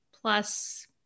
plus